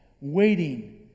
waiting